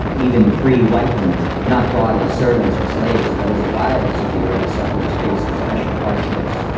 even free white women, not brought as servants or slaves but as wives of the early settlers, faced special hardships.